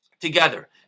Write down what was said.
together